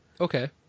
Okay